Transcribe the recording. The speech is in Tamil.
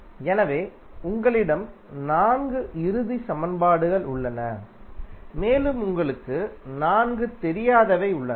எனவே உங்களிடம் நான்கு இறுதி சமன்பாடுகள் உள்ளன மேலும் உங்களுக்கு நான்கு தெரியாதவை உள்ளன